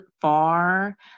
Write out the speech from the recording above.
far